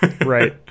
Right